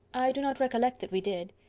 i do not recollect that we did.